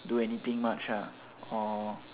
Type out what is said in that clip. do anything much or